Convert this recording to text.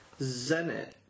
Zenit